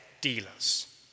dealers